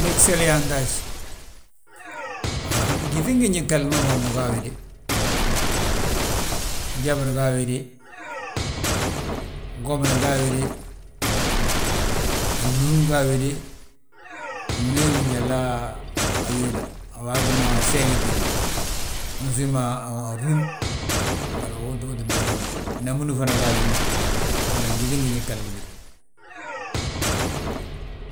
Ndi gseli yaanta haj, he gyíŧi ngii ginji gthali ma fan ma ga a wéde: Njabur ga a wéde, gomini ga a wéde, alún ga a wéde, alún we gí njalna a wéla. A waati ma seŋi gíni, unsiim ma a rúnn, bari uu tti biiŧa de, namúni fana ga a wéde, he fana yíŧin ginji gtahl a gíw.